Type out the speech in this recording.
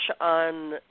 on